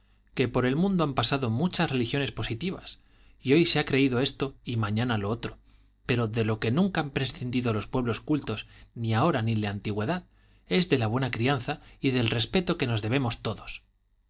que por el mundo han pasado muchas religiones positivas y hoy se ha creído esto y mañana lo otro pero de lo que nunca han prescindido los pueblos cultos ni ahora ni en la antigüedad es de la buena crianza y del respeto que nos debemos todos